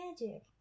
magic